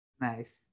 Nice